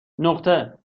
نقطه